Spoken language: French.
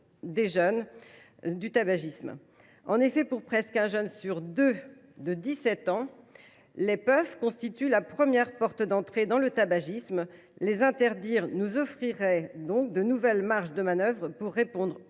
des jeunes à l’égard du tabagisme. En effet, pour presque 1 jeune de 17 ans sur 2, les puffs constituent la première porte d’entrée dans le tabagisme. Les interdire nous offrirait donc de nouvelles marges de manœuvre pour répondre à